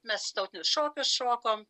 mes tautinius šokius šokom